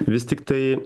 vis tiktai